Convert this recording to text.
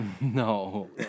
no